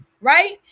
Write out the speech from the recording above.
right